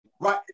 right